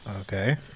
Okay